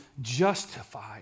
justified